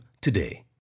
today